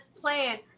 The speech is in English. plan